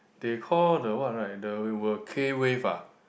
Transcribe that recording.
they call the what right the were K wave ah